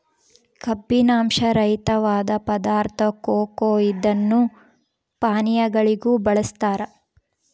ಕಬ್ಬಿನಾಂಶ ರಹಿತವಾದ ಪದಾರ್ಥ ಕೊಕೊ ಇದನ್ನು ಪಾನೀಯಗಳಿಗೂ ಬಳಸ್ತಾರ